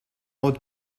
would